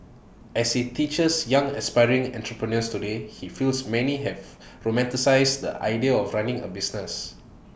as he teaches young aspiring entrepreneurs today he feels many have romanticised the idea of running A business